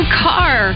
car